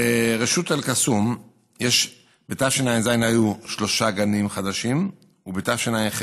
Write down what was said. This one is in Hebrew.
ברשות אל-קסום בתשע"ז היו שלושה גנים חדשים ובתשע"ח,